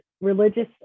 religious